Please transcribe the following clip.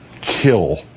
kill